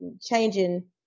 changing